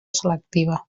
selectiva